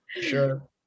sure